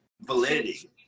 validity